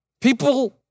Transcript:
People